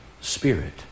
spirit